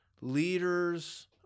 leaders